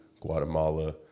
Guatemala